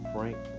Frank